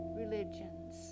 religions